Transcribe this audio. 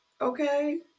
okay